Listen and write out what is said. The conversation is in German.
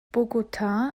bogotá